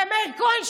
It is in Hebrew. ומאיר כהן,